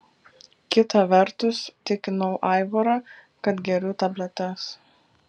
kita vertus tikinau aivarą kad geriu tabletes